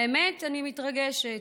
האמת, אני מתרגשת.